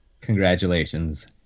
Congratulations